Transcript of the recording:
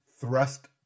thrust